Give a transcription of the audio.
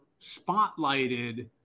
spotlighted